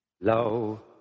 low